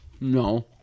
No